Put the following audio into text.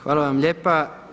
Hvala vam lijepa.